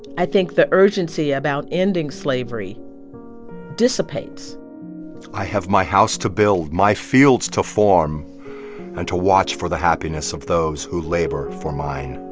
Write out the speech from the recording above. i think the urgency about ending slavery dissipates i have my house to build, my fields to form and to watch for the happiness of those who labor for mine